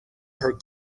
her